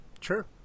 Sure